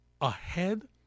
ahead